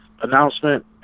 announcement